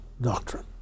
doctrine